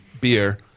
beer